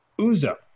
Uzo